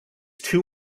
too